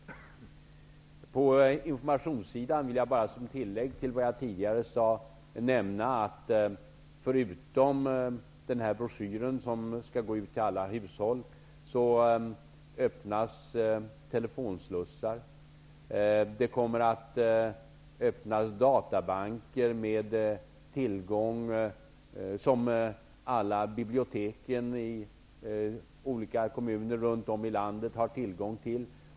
I fråga om informationen vill jag som tillägg till vad jag tidigare sade nämna att det förutom den broschyr som skall ut till alla hushåll öppnas telefonslussar. Det kommer att öppnas databanker som alla bibliotek i olika kommuner runt om i landet har tillgång till.